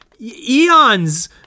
eons